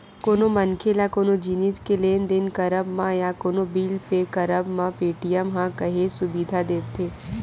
कोनो मनखे ल कोनो जिनिस के लेन देन करब म या कोनो बिल पे करब म पेटीएम ह काहेच सुबिधा देवथे